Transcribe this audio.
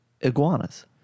Iguanas